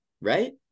right